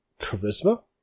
charisma